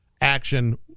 Action